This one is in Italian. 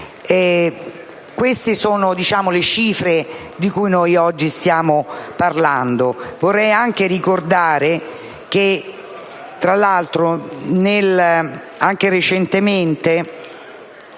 Queste sono le cifre di cui oggi stiamo parlando.